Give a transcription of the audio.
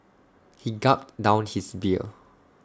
he gulped down his beer